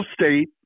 State